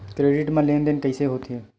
Credit मा लेन देन कइसे होथे?